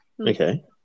okay